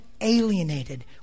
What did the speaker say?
alienated